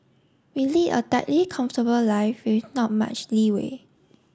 we lead a tightly comfortable life with not much leeway